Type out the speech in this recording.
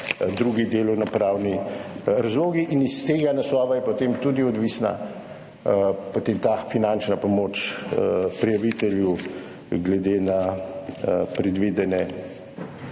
drugi delovnopravni razlogi. Iz tega naslova je potem tudi odvisna finančna pomoč prijavitelju glede na predvideno